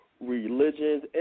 religions